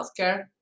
healthcare